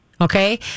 okay